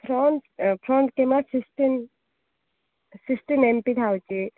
front front camera sixteen sixteen MP ଥାଉଛି